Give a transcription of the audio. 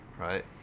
right